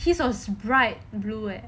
his was bright blue leh